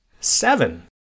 Seven